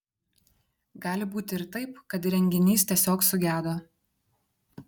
gali būti ir taip kad įrenginys tiesiog sugedo